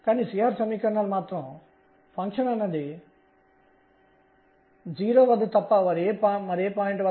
ఇది mr2 mr2sinθ తప్ప మరొకటి కాదు